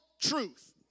truth